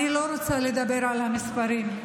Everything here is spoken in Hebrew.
אני לא רוצה לדבר על המספרים,